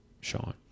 Sean